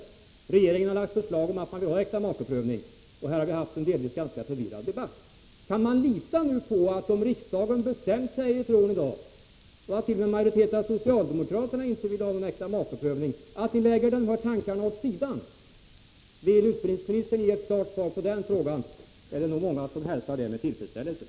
Nu har regeringen lagt förslag om äktamakeprövning, och här har vi haft en delvis ganska förvirrad debatt. Kan man nu lita på att ni lägger de här tankarna åt sidan, om riksdagen bestämt säger ifrån i dag ocht.o.m. majoriteten av socialdemokraterna inte vill ha någon äktamakeprövning? Vill utbildningsministern ge ett klart svar på den frågan, är det nog många som hälsar det med tillfredsställelse.